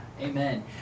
Amen